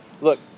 look